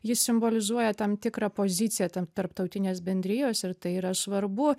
jis simbolizuoja tam tikrą poziciją tam tarptautinės bendrijos ir tai yra svarbu